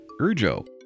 Urjo